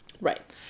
Right